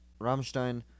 Rammstein